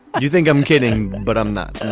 you think i'm kidding. but i'm not